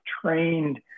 trained